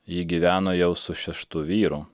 ji gyveno jau su šeštu vyru